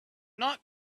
not